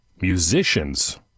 Musicians